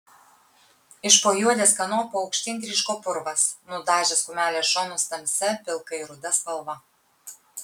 iš po juodės kanopų aukštyn tryško purvas nudažęs kumelės šonus tamsia pilkai ruda spalva